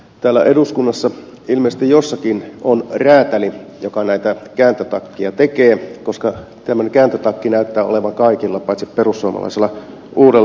täällä eduskunnassa ilmeisesti jossakin on räätäli joka näitä kääntötakkeja tekee koska tämmöinen kääntötakki näyttää olevan kaikilla muilla paitsi perussuomalaisilla uudella eduskuntaryhmällä